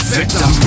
victim